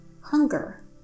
hunger